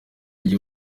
igihe